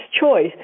choice